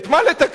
את מה לתקן,